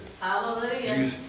Hallelujah